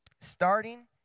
starting